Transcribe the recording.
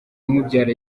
umubyara